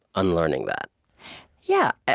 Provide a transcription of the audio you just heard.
unlearning that yeah,